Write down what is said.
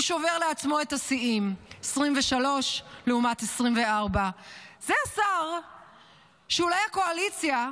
הוא שובר לעצמו את השיאים של 2023 לעומת 2024. זה השר שאולי הקואליציה,